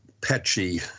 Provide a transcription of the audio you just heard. patchy